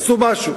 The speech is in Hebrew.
עשו משהו.